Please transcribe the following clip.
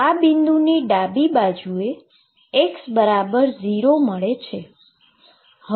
તો આ બિંદુની ડાબી બાજુએ x0 મળે છે